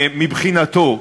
מבחינתו.